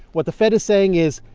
what the fed is saying is,